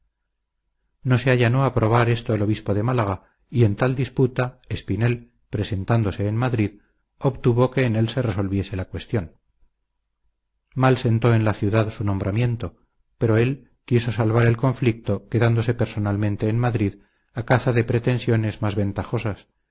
no se allanó a aprobar esto el obispo de málaga y en tal disputa espinel presentándose en madrid obtuvo que en él se resolviese la cuestión mal sentó en la ciudad su nombramiento pero él quiso salvar el conflicto quedándose personalmente en madrid a caza de pretensiones mas ventajosas